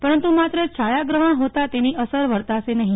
પરંતુ માત્રા છાયા ગ્રહણ હોતા તેની અસર વર્તાશે નહ